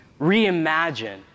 reimagine